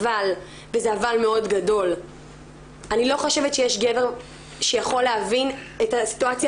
אבל אני לא חושבת שיש גבר שיכול להבין את הסיטואציה